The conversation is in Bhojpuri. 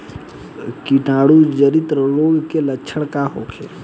कीटाणु जनित रोग के लक्षण का होखे?